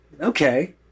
okay